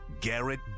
Garrett